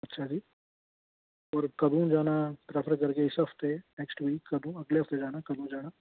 अच्छा जी होर कदूं जाना प्रेफर करगे इस हफ्ते नेक्सट वीक कदूं अगले हफ्ते जाना कदूं जाना